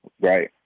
right